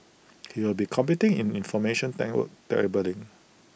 he will be competing in information cabling